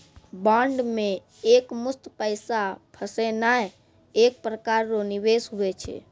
bond मे एकमुस्त पैसा फसैनाइ एक प्रकार रो निवेश हुवै छै